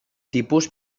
tipus